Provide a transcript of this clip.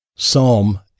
Psalm